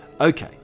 Okay